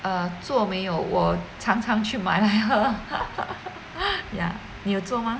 err 哦做没有我常常去买来喝 ya 你有做吗